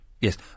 Yes